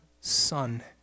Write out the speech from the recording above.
son